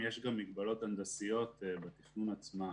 יש גם מגבלות הנדסיות בתכנון עצמו.